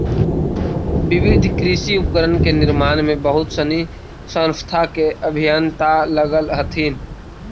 विविध कृषि उपकरण के निर्माण में बहुत सनी संस्था के अभियंता लगल हथिन